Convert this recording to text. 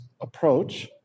approach